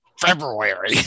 February